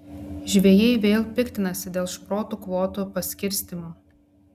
žvejai vėl piktinasi dėl šprotų kvotų paskirstymo